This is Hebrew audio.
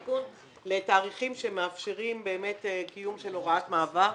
לתאריכים שמאפשרים באמת קיום של הוראת מעבר.